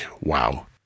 Wow